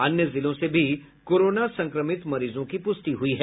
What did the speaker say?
अन्य जिलों से भी कोरोना संक्रमित मरीजों की पुष्टि हुई है